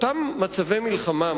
אותם מצבי מלחמה,